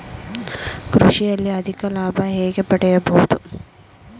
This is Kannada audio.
ಕೃಷಿಯಲ್ಲಿ ಅಧಿಕ ಲಾಭ ಹೇಗೆ ಪಡೆಯಬಹುದು?